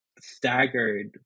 staggered